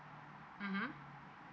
mmhmm